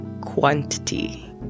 quantity